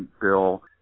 bill